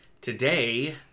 Today